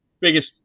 biggest